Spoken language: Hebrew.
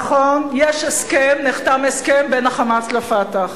נכון, נחתם הסכם בין ה"חמאס" לבין ה"פתח",